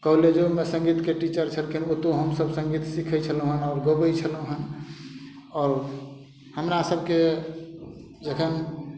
कॉलेजोमे सङ्गीतके टीचर छलखिन ओतहु हमसब सङ्गीत सीखय छलहुँ हन आओर गबय छलहुँ हन आओर हमरा सभके जखन